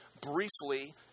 briefly